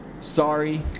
sorry